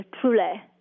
truly